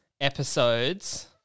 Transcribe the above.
episodes